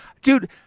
dude